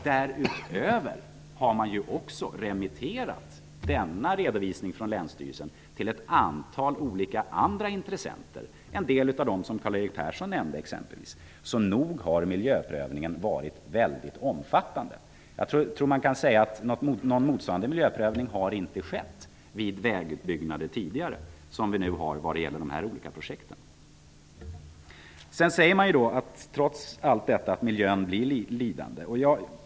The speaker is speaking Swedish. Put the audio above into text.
Därutöver har man remitterat redovisningen från länsstyrelsen till ett antal andra intressenter, exempelvis till en del av dem som Karl-Erik Persson nämnde. Nog har miljöprövningen varit väldigt omfattande. Jag tror att man kan säga att någon motsvarande miljöprövning -- som vi nu har vad gäller dessa olika projekt -- inte tidigare har skett vid vägutbyggnader tidigare. Trots allt detta, sägs det att miljön blir lidande.